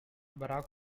barack